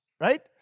right